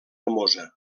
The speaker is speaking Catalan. mosa